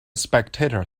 spectator